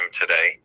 today